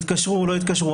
התקשרו או לא התקשרו,